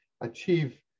achieve